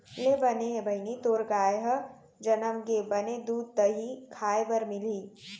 ले बने हे बहिनी तोर गाय ह जनम गे, बने दूद, दही खाय बर मिलही